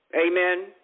Amen